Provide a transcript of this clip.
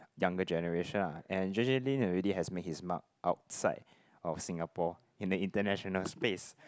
younger generation ah and J_J-Lin already has made his mark outside of Singapore in a international space